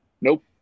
nope